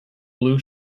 blue